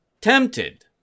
tempted